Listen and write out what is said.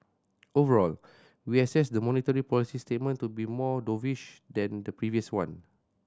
overall we assess the monetary policy statement to be more dovish than the previous one